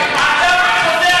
החיים.